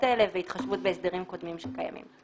האלה והתחשבות בהסדרים קודמים שקיימים.